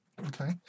Okay